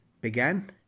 began